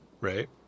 right